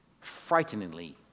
frighteningly